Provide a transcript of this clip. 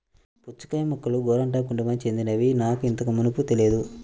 పుచ్చకాయ మొక్కలు గోరింటాకు కుటుంబానికి చెందినవని నాకు ఇంతకు మునుపు తెలియదు